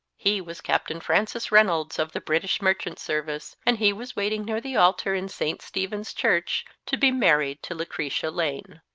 he was captain francis reynolds of the british mer chant service, and he was waiting near the altar in st stephen's church to be married to lucretia lane.